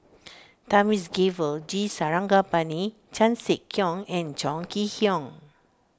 Thamizhavel G Sarangapani Chan Sek Keong and Chong Kee Hiong